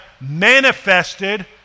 manifested